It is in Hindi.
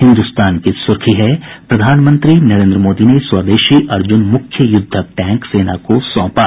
हिन्दुस्तान की सुर्खी है प्रधानमंत्री नरेन्द्र मोदी ने स्वदेशी अर्जुन मुख्य युद्धक टैंक सेना को सौंपा